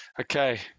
Okay